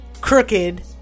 crooked